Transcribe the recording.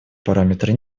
параметры